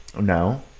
No